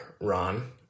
Ron